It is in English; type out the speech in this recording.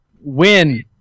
Win